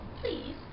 Please